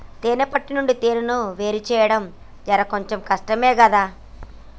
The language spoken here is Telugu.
తేనే పట్టు నుండి తేనెను వేరుచేయడం జర కొంచెం కష్టమే గదా